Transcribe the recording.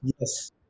yes